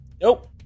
Nope